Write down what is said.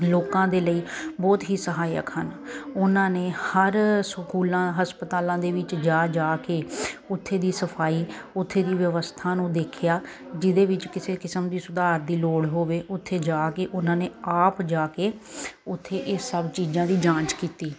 ਲੋਕਾਂ ਦੇ ਲਈ ਬਹੁਤ ਹੀ ਸਹਾਇਕ ਹਨ ਉਹਨਾਂ ਨੇ ਹਰ ਸਕੂਲਾਂ ਹਸਪਤਾਲਾਂ ਦੇ ਵਿੱਚ ਜਾ ਜਾ ਕੇ ਉੱਥੇ ਦੀ ਸਫਾਈ ਉੱਥੇ ਦੀ ਵਿਵਸਥਾ ਨੂੰ ਦੇਖਿਆ ਜਿਹਦੇ ਵਿੱਚ ਕਿਸੇ ਕਿਸਮ ਦੀ ਸੁਧਾਰ ਦੀ ਲੋੜ ਹੋਵੇ ਉੱਥੇ ਜਾ ਕੇ ਉਹਨਾਂ ਨੇ ਆਪ ਜਾ ਕੇ ਉੱਥੇ ਇਹ ਸਭ ਚੀਜ਼ਾਂ ਦੀ ਜਾਂਚ ਕੀਤੀ